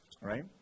right